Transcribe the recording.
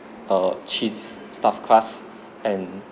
err cheese stuffed crust and